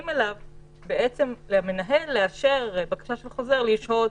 אפשרות של המנהל לאשר בקשה של חוזר לשהות